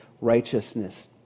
righteousness